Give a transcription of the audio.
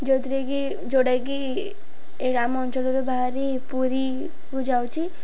ଯେଉଁଥିରେ କିି ଯେଉଁଟାକି ଏ ଆମ ଅଞ୍ଚଳରୁ ବାହାରି ପୁରୀକୁ ଯାଉଛିି